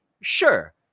Sure